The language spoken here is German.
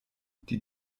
die